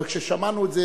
אבל כששמענו את זה,